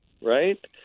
right